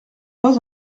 pas